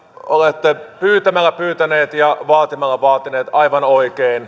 olette pyytämällä pyytänyt ja vaatimalla vaatinut aivan oikein